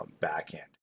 backhand